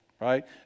Right